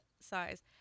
size